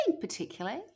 particularly